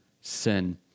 sin